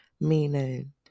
meaning